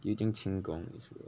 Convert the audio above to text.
do you think 轻功 is real